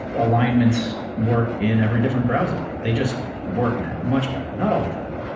alignments work in every different browser. they just work now, much better, not all the time,